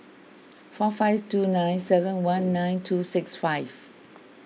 four five two nine seven one nine two six five